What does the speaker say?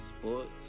sports